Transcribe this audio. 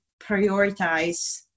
prioritize